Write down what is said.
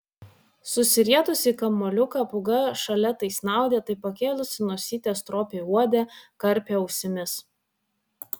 susirietusi į kamuoliuką pūga šalia tai snaudė tai pakėlusi nosytę stropiai uodė karpė ausimis